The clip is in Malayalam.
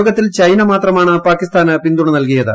യോഗത്തിൽ ചൈന മാത്രമാണ് പാകിസ്ഥാന് പിന്തുണ നൽകിയത്